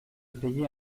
payer